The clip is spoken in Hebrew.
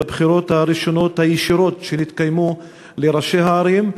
בבחירות הראשונות הישירות שהתקיימו לראשי הערים,